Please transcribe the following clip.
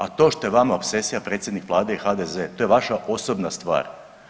A to što je vama opsesija predsjednik Vlade i HDZ-e to je vaša osobna stvar.